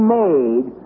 made